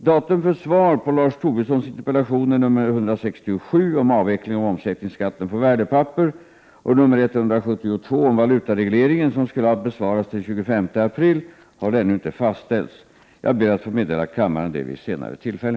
Datum för svar på Lars Tobissons interpellation 167 om avvecklingen av omsättningsskatten på värdepapper och 172 om valutaregleringen, som skulle ha besvarats den 25 april, har ännu inte fastställts. Jag ber att få meddela kammaren detta vid ett senare tillfälle.